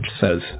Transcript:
says